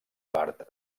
part